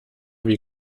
wie